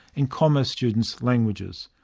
and commerce students languages.